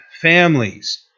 families